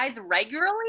regularly